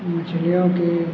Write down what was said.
मछलियों के